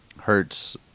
Hertz